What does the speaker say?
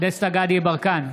דסטה גדי יברקן,